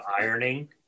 ironing